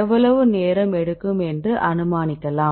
எவ்வளவு நேரம் எடுக்கும் என்று அனுமானிக்கலாம்